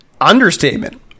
understatement